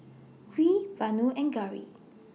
Hri Vanu and Gauri